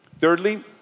thirdly